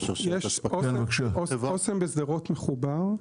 אוסם בשדרות מחובר.